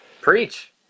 preach